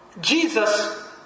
Jesus